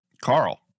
Carl